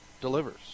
delivers